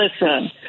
listen